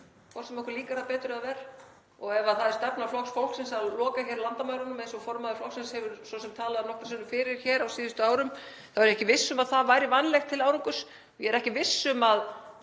hvort sem okkur líkar það betur eða verr. Og ef það er stefna Flokks fólksins að loka hér landamærunum, eins og formaður flokksins hefur svo sem talað nokkrum sinnum fyrir hér á síðustu árum, þá er ég ekki viss um að það væri vænlegt til árangurs. Ég er ekki viss um að